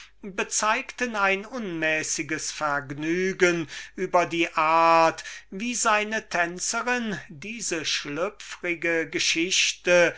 bezeugten ein unmäßiges vergnügen über die art wie seine tänzerin diese schlüpfrige geschichte